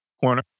corner